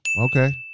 okay